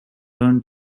learned